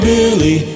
Billy